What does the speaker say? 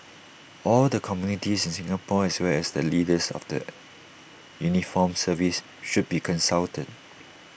all the communities in Singapore as well as the leaders of the uniformed services should be consulted